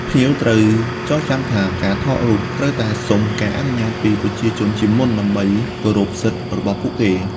ភ្ញៀវត្រូវចងចាំថា ការថតរូបត្រូវតែសុំការអនុញ្ញាតពីប្រជាជនជាមុនដើម្បី គោរពសិទ្ធិ របស់ពួកគេ។